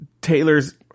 Taylor's